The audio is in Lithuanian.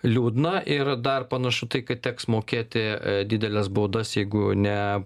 liūdna ir dar panašu tai kad teks mokėti dideles baudas jeigu ne